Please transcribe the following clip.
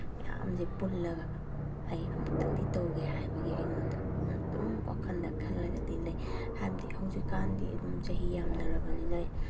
ꯃꯌꯥꯝꯁꯦ ꯄꯨꯜꯂꯒ ꯑꯩ ꯑꯃꯨꯛꯇꯪꯗꯤ ꯇꯧꯒꯦ ꯍꯥꯏꯕꯒꯤ ꯑꯩꯉꯣꯟꯗ ꯑꯗꯨꯝ ꯋꯥꯈꯜꯗ ꯈꯜꯂꯒꯗꯤ ꯂꯩ ꯍꯥꯏꯕꯗꯤ ꯍꯧꯖꯤꯛ ꯀꯥꯟꯗꯤ ꯑꯗꯨꯝ ꯆꯍꯤ ꯌꯥꯝꯅꯔꯕꯅꯤꯅ